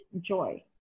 joy